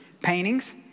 paintings